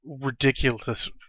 ridiculous